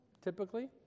typically